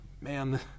man